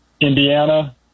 Indiana